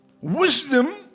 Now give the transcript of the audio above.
Wisdom